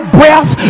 breath